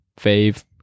fave